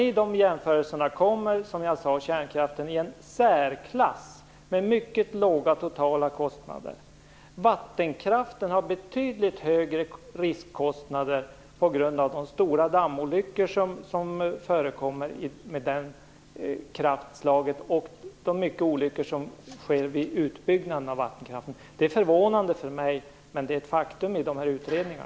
I dessa jämförelser kommer kärnkraften, som jag tidigare sade, i en särklass med mycket låga totala kostnader. Vattenkraften har betydligt högre riskkostnader på grund av de stora dammolyckor som förekommer med det kraftslaget och de många olyckor som sker vid utbyggnaden av vattenkraften. Det är för mig förvånande, men det är ett faktum i dessa utredningar.